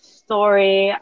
story